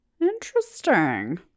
Interesting